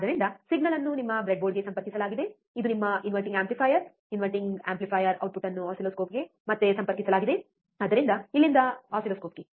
ಆದ್ದರಿಂದ ಸಿಗ್ನಲ್ ಅನ್ನು ನಿಮ್ಮ ಬ್ರೆಡ್ಬೋರ್ಡ್ಗೆ ಸಂಪರ್ಕಿಸಲಾಗಿದೆ ಇದು ನಿಮ್ಮ inverting amplifier inverting amplifier output ಅನ್ನು ಆಸಿಲ್ಲೋಸ್ಕೋಪ್ಗೆ ಮತ್ತೆ ಸಂಪರ್ಕಿಸಲಾಗಿದೆ ಆದ್ದರಿಂದ ಇಲ್ಲಿಂದ ಆಸಿಲ್ಲೋಸ್ಕೋಪ್ಗೆ